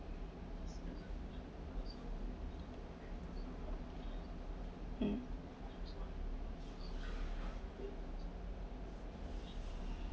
um